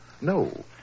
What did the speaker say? No